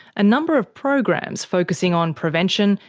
a number of programs focusing on prevention,